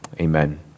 Amen